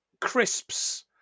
crisps